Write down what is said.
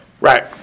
Right